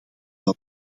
wel